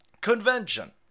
convention